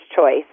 choice